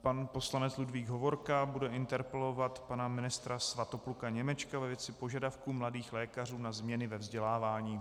Pan poslanec Ludvík Hovorka bude interpelovat pana ministra Svatopluka Němečka ve věci požadavku Mladých lékařů na změny ve vzdělávání.